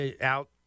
out